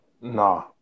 Nah